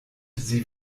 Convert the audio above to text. sie